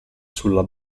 sulla